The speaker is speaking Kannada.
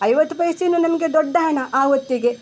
ಐವತ್ತು ಪೈಸೆಯೂ ನಮಗೆ ದೊಡ್ಡ ಹಣ ಆವತ್ತಿಗೆ